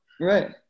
Right